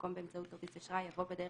במקום "באמצעות כרטיס אשראי" יבוא "בדרך